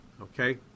Okay